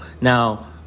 Now